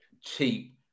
cheap